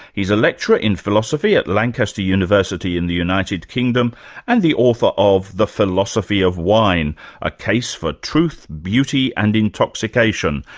he's a lecturer in philosophy at lancaster university in the united kingdom and the author of the philosophy of wine a case for truth, beauty and intoxication.